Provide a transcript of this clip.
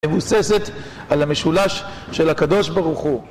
מבוססת על המשולש של הקדוש ברוך הוא.